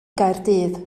gaerdydd